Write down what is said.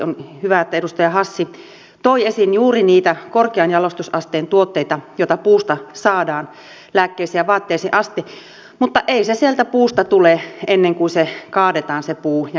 on hyvä että edustaja hassi toi esiin juuri niitä korkean jalostusasteen tuotteita joita puusta saadaan lääkkeisiin ja vaatteisiin asti mutta ei se sieltä puusta tule ennen kuin se puu kaadetaan ja metsää hakataan